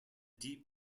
deep